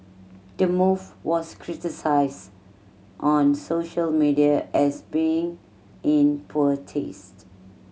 the move was criticised on social media as being in poor taste